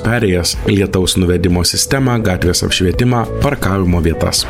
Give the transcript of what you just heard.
perėjas lietaus nuvedimo sistemą gatvės apšvietimą parkavimo vietas